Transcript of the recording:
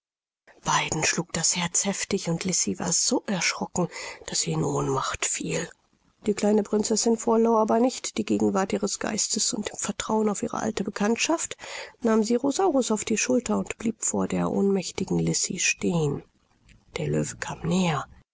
beiden schlug das herz heftig und lisi war so erschrocken daß sie in ohnmacht fiel die kleine prinzessin verlor aber nicht die gegenwart ihres geistes und im vertrauen auf ihre alte bekanntschaft nahm sie rosaurus auf die schulter und blieb vor der ohnmächtigen lisi stehen der löwe kam näher